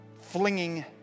Flinging